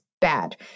bad